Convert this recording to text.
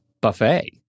buffet